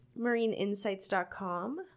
MarineInsights.com